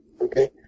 Okay